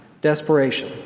desperation